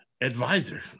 advisor